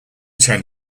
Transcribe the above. ten